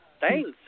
thanks